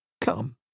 Come